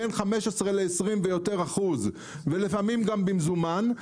בין 15% ל-20% ויותר ולפעמים גם במזומן,